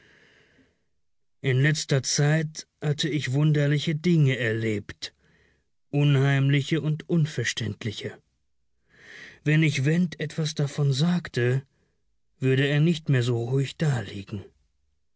in letzter zeit hatte ich wunderliche dinge erlebt unheimliche und unverständliche wenn ich went etwas davon sagte würde er nicht mehr so ruhig daliegen